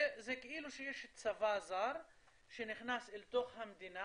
זה כאילו שיש צבא זר שנכנס אל תוך המדינה